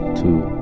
two